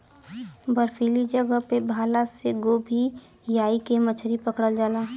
बर्फीली जगह पे भाला से गोभीयाई के मछरी पकड़ल जाला